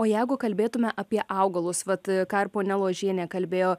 o jeigu kalbėtume apie augalus vat ką ir ponia ložienė kalbėjo